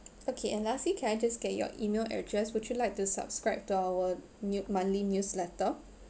okay and lastly can I just get your email address would you like to subscribe to our ne~ monthly newsletter